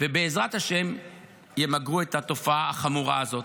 ובעזרת השם ימגרו את התופעה החמורה הזאת.